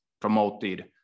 promoted